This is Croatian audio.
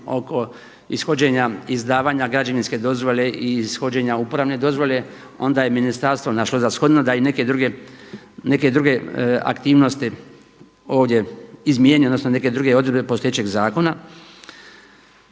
oko ishođenja izdavanja građevinske dozvole i ishođenja uporabne dozvole onda je ministarstvo našlo za shodno da i neke druge aktivnosti ovdje izmijeni, odnosno neke druge odredbe postojećeg zakona.